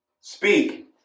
Speak